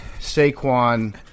Saquon